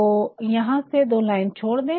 तो यहाँ से दो लाइन छोड़ दे